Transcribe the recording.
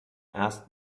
asked